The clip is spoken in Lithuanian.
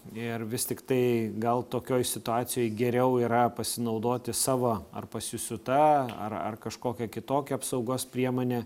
ir vis tiktai gal tokioj situacijoj geriau yra pasinaudoti savo ar pasisiųta ar ar kažkokia kitokia apsaugos priemone